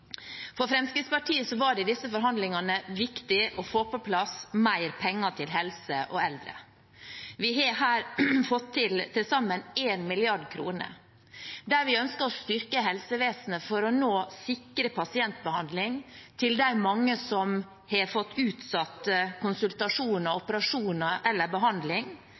For Fremskrittspartiet var det i disse forhandlingene viktig å få på plass mer penger til helse og eldre. Vi har her fått til til sammen 1 mrd. kr. Vi ønsker å styrke helsevesenet for nå å sikre pasientbehandling til de mange som har fått utsatt konsultasjoner, operasjoner eller behandling